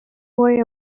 way